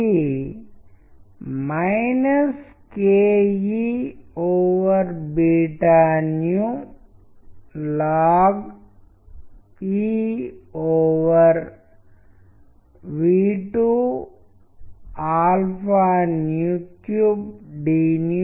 వారు టెక్ట్స్ యొక్క బిహేవియర్ ని మరియు అలాగే అందులో కొన్ని చిన్న పద్యాలు ఉన్నాయి అవి మళ్లీ విభిన్న విషయాలను తెలియజేయగలిగాయి